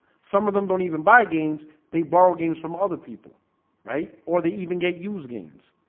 some of them don't even buy games they borrow games from other people right or they even get used games,